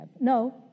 No